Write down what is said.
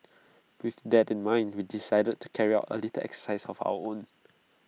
with that in mind we decided to carry out A little exercise of our own